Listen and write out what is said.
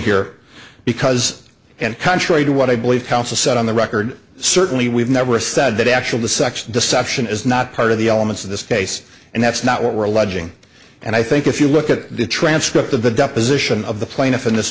here because and contrary to what i believe counsel said on the record certainly we've never said that actual the sex deception is not part of the elements of this case and that's not what we're alleging and i think if you look at the transcript of the deposition of the plaintiff in this